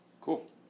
Cool